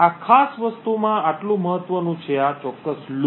આ ખાસ વસ્તુમાં આટલું મહત્વનું છે આ ચોક્કસ લૂપ